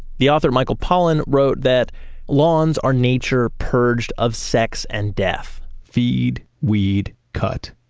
the author, michael pollan, wrote that lawns are nature purged of sex and death. feed, weed, cut.